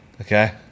Okay